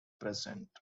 present